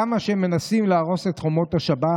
כמה שהם מנסים להרוס את חומות השבת,